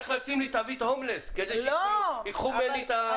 צריך לשים לי תווית הומלס כדי שייקחו ממני את המכלים.